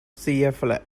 flag